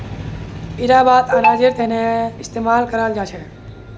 इटा बात अनाजेर तने इस्तेमाल कराल जा छे